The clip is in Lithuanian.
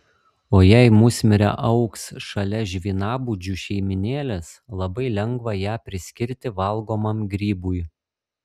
o jei musmirė augs šalia žvynabudžių šeimynėlės labai lengva ją priskirti valgomam grybui